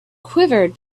quivered